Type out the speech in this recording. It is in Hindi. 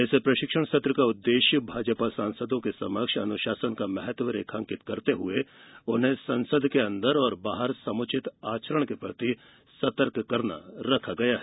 इस प्रशिक्षण सत्र का उद्देश्य भाजपा सांसदों के समक्ष अनुशासन का महत्व रेखांकित करते हुए उन्हें संसद के अंदर और बाहर समुचित आचरण के प्रति सतर्क करना है